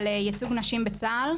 על ייצוג נשים בצה"ל,